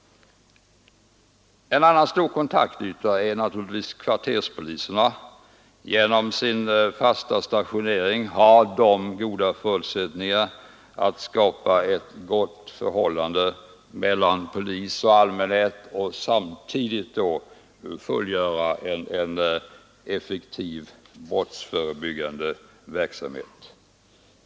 En annan stor kontaktyta är naturligtvis kvarterspoliserna. Genom sin fasta stationering har de goda förutsättningar för att skapa ett gott förhållande mellan polis och allmänhet och att samtidigt fullgöra en effektiv brottsförebyggande verksamhet.